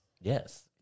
Yes